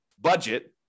budget